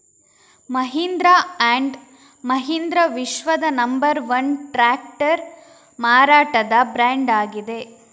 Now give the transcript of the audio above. Mahindra and Mahindra ವಿಶ್ವದ number one tractor ಮಾರಾಟದ brand ಆಗಿದೆ